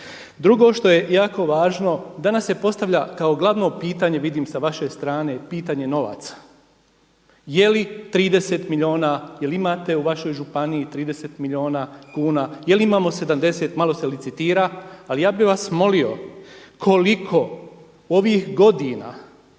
Drugo što je jako važno, danas se postavlja kao glavno pitanje vidim sa vaše strane i pitanje novaca. Je li 30 milijuna, je li imate u vašoj županiji 30 milijuna kuna, je li imamo 70, malo se licitira. Ali ja bih vas molio koliko u ovih godina